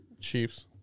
Chiefs